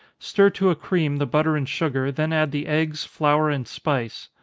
stir to a cream the butter and sugar, then add the eggs, flour, and spice.